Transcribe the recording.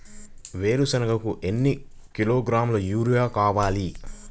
వేరుశనగకు ఎన్ని కిలోగ్రాముల యూరియా వేయాలి?